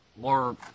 more